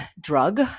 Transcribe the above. drug